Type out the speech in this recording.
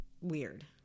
weird